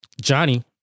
Johnny